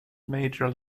major